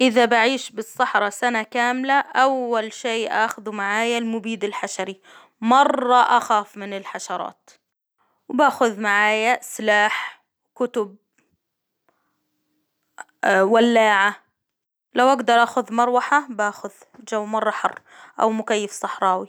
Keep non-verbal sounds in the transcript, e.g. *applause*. إذا بعيش بالصحرا سنة كاملة، أول شي آخده معايا المبيد الحشري، مرة أخاف من الحشرات، وباخذ معايا سلاح *hesitation* كتب، *hesitation* ولاعة، لو أجدر آخذ مروحة باخذ جو مرة حر، أو مكيف صحراوي.